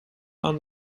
aan